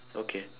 okay